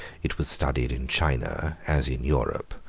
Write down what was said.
it was studied in china as in europe,